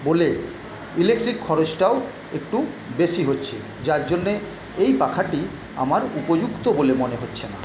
বলে ইলেকট্রিক খরচটাও একটু বেশি হচ্ছে যার জন্যে এই পাখাটি আমার উপযুক্ত বলে মনে হচ্ছে না